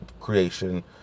creation